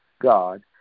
God